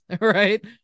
right